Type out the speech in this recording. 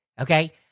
Okay